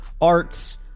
arts